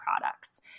products